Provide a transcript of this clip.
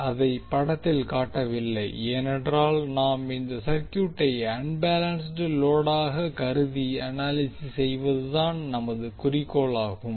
எனவே அதை படத்தில் காட்டவில்லை ஏனென்றால் நாம் இந்த சர்க்யூட்டை அன்பேலன்ஸ்ட் லோடாக கருதி அனாலிசிஸ் செய்வதுதான் நமது குறிக்கோளாகும்